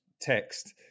text